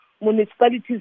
municipalities